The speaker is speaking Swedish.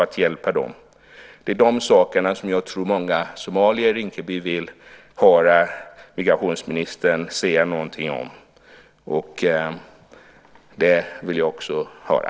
Det är de här sakerna som jag tror att många somalier vill höra migrationsministern säga någonting om, och det vill också jag höra.